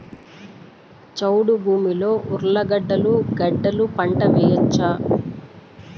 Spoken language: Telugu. చౌడు భూమిలో ఉర్లగడ్డలు గడ్డలు పంట వేయచ్చా?